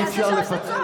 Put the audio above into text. הוא יעשה שלוש דקות.